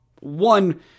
one